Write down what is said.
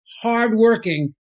hardworking